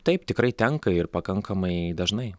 taip tikrai tenka ir pakankamai dažnai